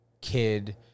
kid